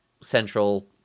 central